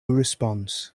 response